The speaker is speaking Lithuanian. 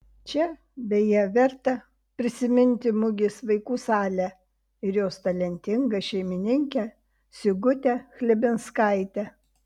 čia beje verta prisiminti mugės vaikų salę ir jos talentingą šeimininkę sigutę chlebinskaitę